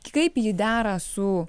kaip ji dera su